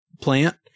plant